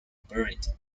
buried